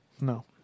No